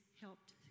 helped